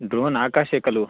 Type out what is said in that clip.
drone आकाशे खलु